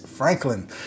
Franklin